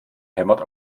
hämmert